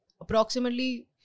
approximately